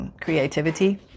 creativity